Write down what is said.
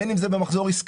בין אם זה במחזור עסקאות,